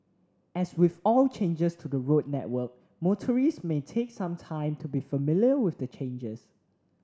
as with all changes to the road network motorists may take some time to be familiar with the changes